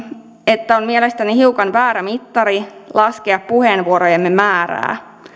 että on mielestäni hiukan väärä mittari laskea puheenvuorojemme määrää